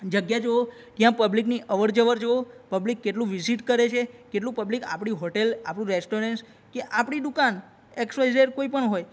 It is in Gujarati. જગ્યા જુઓ ત્યાં પબ્લિકની અવર જવર જુઓ પબ્લિક કેટલું વિઝિટ કરે છે કેટલું પબ્લિક આપણી હોટેલ આપણું રેસ્ટરોરન્ટ કે આપણી દુકાન એક્સ વાય ઝેડ કોઈપણ હોય